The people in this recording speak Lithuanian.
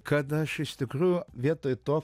kad aš iš tikrų vietoj to